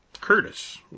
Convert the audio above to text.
Curtis